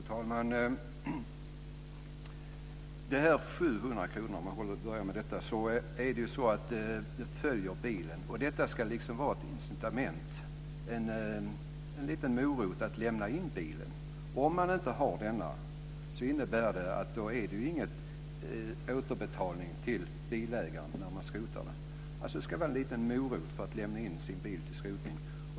Fru talman! De här 700 kronorna följer bilen. Detta ska vara ett incitament, en liten morot att lämna in bilen. Om vi inte har denna innebär det att det inte är någon återbetalning till bilägaren när man skrotar den. Det ska vara en liten morot för att man ska lämna in sin bil till skrotning.